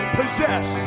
possess